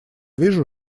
вижу